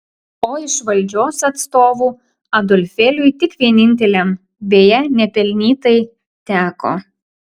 o iš valdžios atstovų adolfėliui tik vieninteliam beje nepelnytai teko